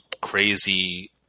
crazy